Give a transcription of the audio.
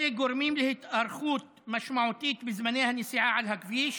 אלה גורמים להתארכות משמעותית בזמני הנסיעה על הכביש